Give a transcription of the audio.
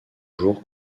jour